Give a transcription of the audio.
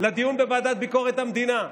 לדיון בוועדת ביקורת המדינה.